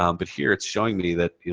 um but here it's showing me that, you